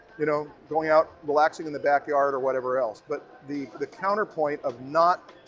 you know, going out, relaxing in the backyard, or whatever else. but the the counterpoint of not.